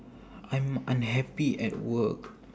I'm unhappy at work